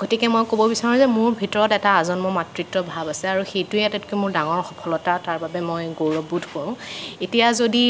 গতিকে মই ক'ব বিচাৰোঁ যে মোৰ ভিতৰত এটা আজন্ম মাতৃত্ব ভাৱ আছে আৰু সেইটোয়ে আটাইতকৈ মোৰ ডাঙৰ সফলতা তাৰ বাবে মই গৌৰৱবোধ কৰোঁ এতিয়া যদি